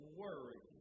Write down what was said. worry